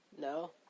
No